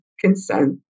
consent